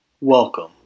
Welcome